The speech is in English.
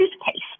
toothpaste